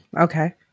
Okay